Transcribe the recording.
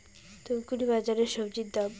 ধূপগুড়ি বাজারের স্বজি দাম?